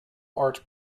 arts